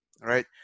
Right